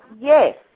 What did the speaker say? yes